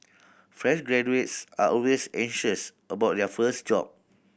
fresh graduates are always anxious about their first job